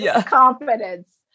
confidence